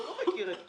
הוא לא מכיר את כולם.